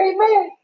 Amen